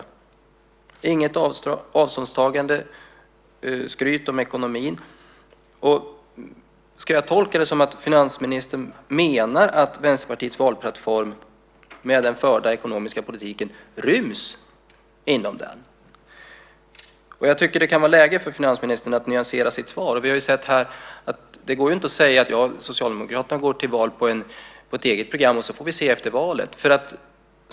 Det finns inget avståndstagande. Det är skryt om ekonomin. Ska jag tolka det så att finansministern menar att Vänsterpartiets valplattform ryms inom den förda ekonomiska politiken? Jag tycker att det kan vara läge för finansministern att nyansera sitt svar. Vi har ju sett här att det inte går att säga att Socialdemokraterna går till val på ett eget program och sedan får vi se efter valet.